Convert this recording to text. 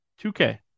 2K